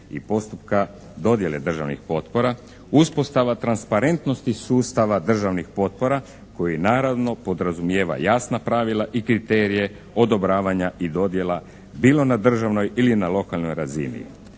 i postupka dodjele državnih potpora uspostava transparentnosti sustav državnih potpora koji naravno podrazumijeva jasna pravila i kriterije odobravanja i dodjela bilo na državnoj ili na lokalnoj razini.